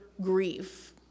grief